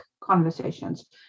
conversations